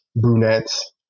brunettes